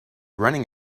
running